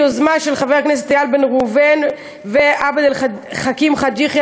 היא יוזמה של חברי הכנסת איל בן ראובן ועבד על חכים חאג' יחיא,